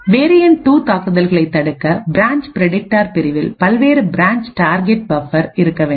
variant 2 தாக்குதல்களைத் தடுக்க branch predictor பிரிவில் வெவ்வேறு பிரான்ச் டார்கெட் பபர்கள் இருக்க வேண்டும்